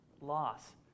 loss